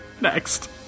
next